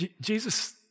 Jesus